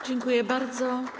Dziękuję bardzo.